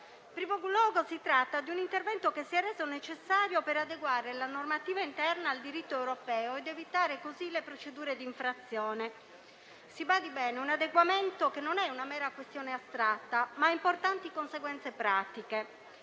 primo luogo, si tratta di un intervento che si è reso necessario per adeguare la normativa interna al diritto europeo ed evitare così le procedure di infrazione. Si badi bene: è un adeguamento che non è una mera questione astratta, ma ha importanti conseguenze pratiche.